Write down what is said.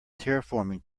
terraforming